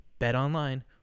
BetOnline